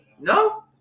No